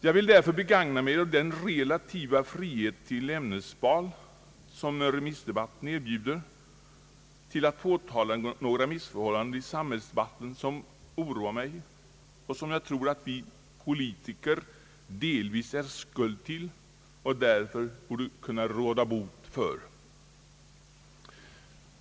Jag vill därför begagna mig av den relativa frihet till ämnesval, som remissdebatten erbjuder, till att påtala några missförhållanden i samhällsdebatten som oroar mig och som jag tror att vi politiker delvis är skuld till och därför borde kunna råda bot på.